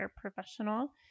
professional